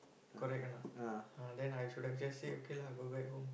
correct or not ah then I should have just say okay lah go back home